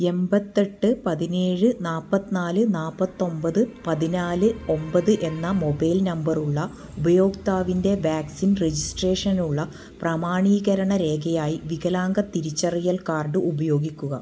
എണ്പത്തിയെട്ട് പതിനേഴ് നാല്പത്തിനാല് നാല്പത്തൊന്പത് പതിനാല് ഒന്പത് എന്ന മൊബൈൽ നമ്പറുള്ള ഉപയോക്താവിൻ്റെ വാക്സിൻ രജിസ്ട്രേഷനുള്ള പ്രാമാണീകരണ രേഖയായി വികലാംഗ തിരിച്ചറിയൽ കാർഡ് ഉപയോഗിക്കുക